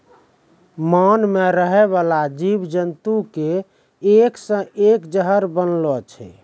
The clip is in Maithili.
मान मे रहै बाला जिव जन्तु के एक से एक जहर बनलो छै